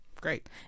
great